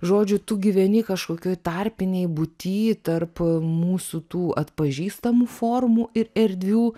žodžiu tu gyveni kažkokioj tarpinėj būty tarp mūsų tų atpažįstamų formų ir erdvių